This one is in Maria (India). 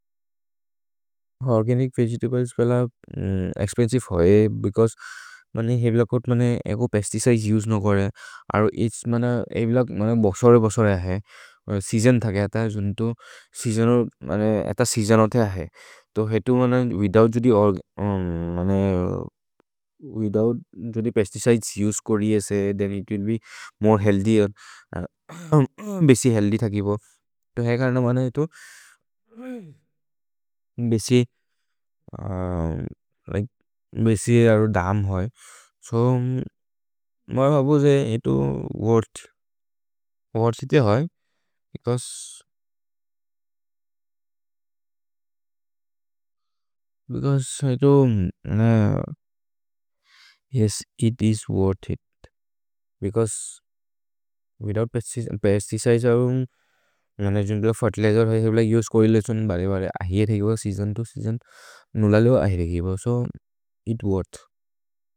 ओर्गनिच् वेगेतब्लेस् पेह्ल एक्स्पेन्सिवे होये, बेचौसे हेव्लकोत् एको पेस्तिचिदे उसे न करे, अरु हेव्लकोत् बसोरे बसोरे अहे, सेअसोन् थगे अथ जुन्तो, एत सेअसोन् अथे अहे, तो हेतु विथोउत् जोदि पेस्तिचिदेस् उसे करि एसे, then it will be more healthy, बेसि हेअल्थ्य् थकिपो। तो हेतु है कर्न बन हेतु बेसि, लिके बेसि अरु धम् होये, सो मै भबो जे हेतु वोर्थ्, वोर्थ् इते होये, बेचौसे, बेचौसे हेतु, yes it is worth it, because without pesticide अरु, अहेरे it was season to season to season, it worth.